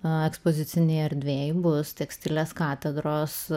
ekspozicinėje erdvėje bus tekstilės katedros